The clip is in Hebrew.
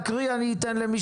אני אקריא את זה